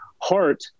heart